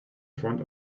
front